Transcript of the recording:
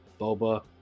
Boba